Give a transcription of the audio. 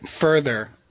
further